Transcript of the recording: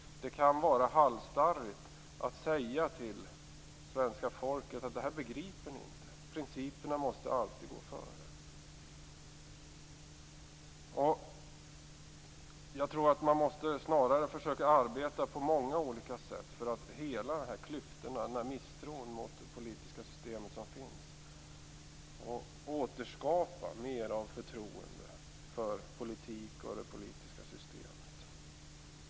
Det kan vara halsstarrigt att säga till svenska folket att de inte begriper att principerna alltid måste gå före. Man måste arbeta på många olika sätt för att hela klyftorna och misstron mot det politiska systemet. Man måste återskapa mer av förtroende för politik och det politiska systemet.